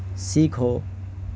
سیکھو